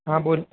हाँ बोल